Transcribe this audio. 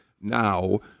now